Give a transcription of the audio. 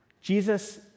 Jesus